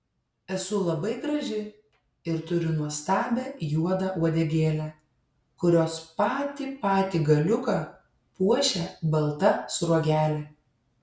esu labai graži ir turiu nuostabią juodą uodegėlę kurios patį patį galiuką puošia balta sruogelė